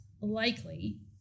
likely